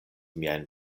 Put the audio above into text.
miajn